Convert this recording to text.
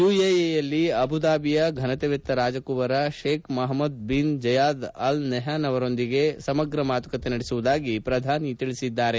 ಯುಎಇಯಲ್ಲಿ ಅಬುಧಾಬಿಯ ಘನತೆವೆತ್ತ ರಾಜಕುವರ Sheikh Mohammed bin Zayed Al ನಷ್ಟಾನ್ ಅವರೊಂದಿಗೆ ಸಮಗ್ರ ಮಾತುಕತೆ ನಡೆಸುವುದಾಗಿ ಪ್ರಧಾನಿ ತಿಳಿಸಿದರು